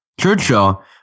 Churchill